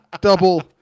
Double